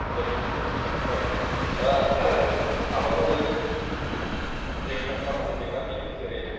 बेबायादि दा आबाद मावनायनि माखासे जेंना फैयो जेरै